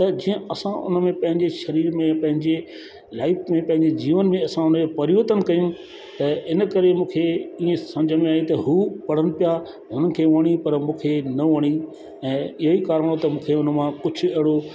पर जीअं असां उन में पंहिंजे शरीर में पंहिंजे लाइफ में पंहिंजे जीवन में असां उन में परिवर्तन कयूं ऐं इन करे मूंखे ईअं सम्झि में न आहे त हू पढ़नि पिया उन्हनि खे वणी पर मूंखे न वणी ऐं ईअं ई कारणु आहे मां कम थिए उन मां कुझु अहिड़ो